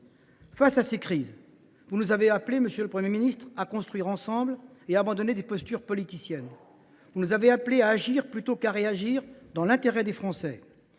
Face à ces crises, vous nous avez appelés à construire ensemble et à abandonner les postures politiciennes. Vous nous avez appelés à agir plutôt qu’à réagir, dans l’intérêt des Français.